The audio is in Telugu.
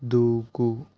దూకు